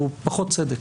הוא פחות צדק.